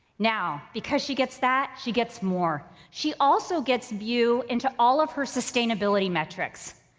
now, because she gets that, she gets more. she also gets view into all of her sustainability metrics.